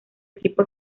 equipo